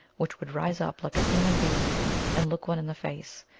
which would rise up like a human being and look one in the face,